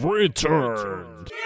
returned